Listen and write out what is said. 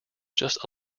just